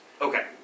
Okay